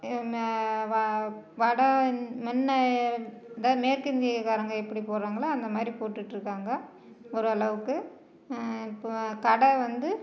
ஏ மா வா வட முன்னைய அதா மேற்கிந்தியக்காரவங்க எப்படி போட்றாங்களோ அந்த மாதிரி போட்டுகிட்டு இருக்காங்க ஓரளவுக்கு இப்போ கடை வந்து